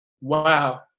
Wow